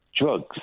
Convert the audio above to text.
drugs